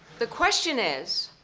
the question is